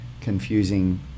confusing